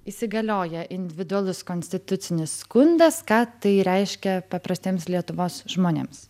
įsigalioja individualus konstitucinis skundas ką tai reiškia paprastiems lietuvos žmonėms